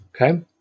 Okay